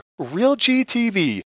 RealGTV